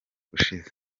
ushize